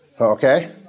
Okay